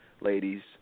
ladies